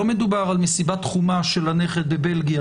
לא מדובר על מסיבה תחומה של הנכד בבלגיה,